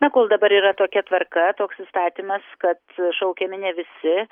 na kol dabar yra tokia tvarka toks įstatymas kad šaukiami ne visi